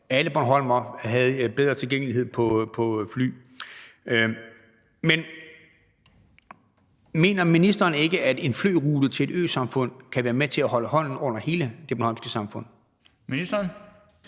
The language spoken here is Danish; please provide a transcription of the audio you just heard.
alle bornholmere havde bedre tilgængelighed af fly. Men mener ministeren ikke, at en flyrute til et øsamfund som Bornholm kan være med til at holde hånden under hele det bornholmske samfund? Kl.